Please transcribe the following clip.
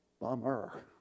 Bummer